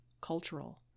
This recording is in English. cultural